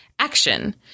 Action